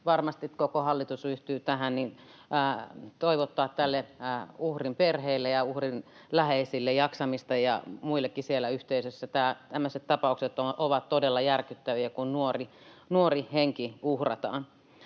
varmasti koko hallitus yhtyy tähän — toivottaa jaksamista uhrin perheelle ja uhrin läheisille ja muillekin siellä yhteisössä. Tämmöiset tapaukset ovat todella järkyttäviä, kun nuori henki uhrataan.